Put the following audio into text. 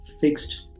fixed